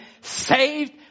Saved